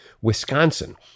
Wisconsin